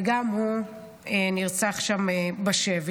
וגם הוא נרצח שם בשבי.